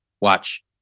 Watch